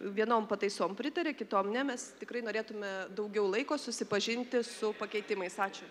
vienom pataisom pritarė kitom ne mes tikrai norėtume daugiau laiko susipažinti su pakeitimais ačiū